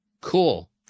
Cool